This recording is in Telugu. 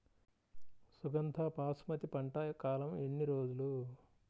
సుగంధ బాసుమతి పంట కాలం ఎన్ని రోజులు?